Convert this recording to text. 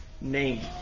name